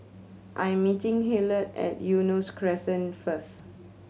I am meeting Hillard at Eunos Crescent first